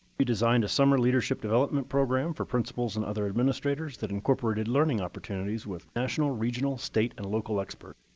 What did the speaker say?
she designed a summer leadership development program for principals and other administrators that incorporated learning opportunities with national, regional, state, and local expert.